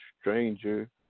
stranger